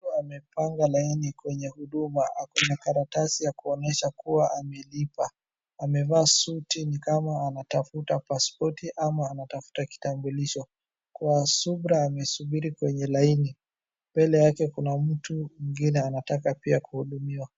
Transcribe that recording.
Mtu amepanga laini kwenye huduma. Ako na karatasi ya kuonyesha kuwa amelipa. Amevaa suti ni kama anatafuta pasipoti ama anatafuta kitambulisho. Kwa subra amesubiri kwenye laini. Mbele yake kuna mtu mwingine anataka pia kuhudumiwa.